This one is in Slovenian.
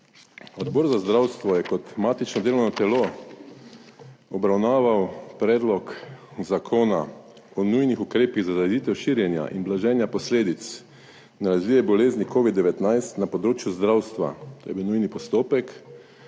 Odbor za zdravstvo je kot matično delovno telo obravnaval Predlog zakona o nujnih ukrepih za zajezitev širjenja in blaženja posledic nalezljive bolezni Covid-19 na področju zdravstva, to je bil nujni postopek,